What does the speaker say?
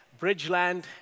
Bridgeland